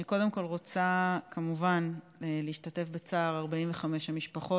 קודם כול אני רוצה כמובן להשתתף בצער 45 המשפחות